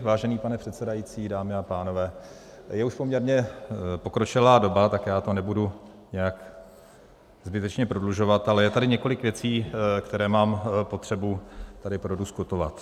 Vážený pane předsedající, dámy a pánové, je už poměrně pokročilá doba, tak já to nebudu nějak zbytečně prodlužovat, ale je tady několik věcí, které mám potřebu tady prodiskutovat.